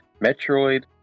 Metroid